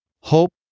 Hope